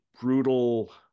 brutal